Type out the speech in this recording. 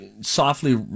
softly